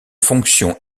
fonction